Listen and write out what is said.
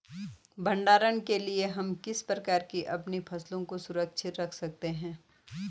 भंडारण के लिए हम किस प्रकार से अपनी फसलों को सुरक्षित रख सकते हैं?